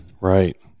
Right